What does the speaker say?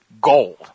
gold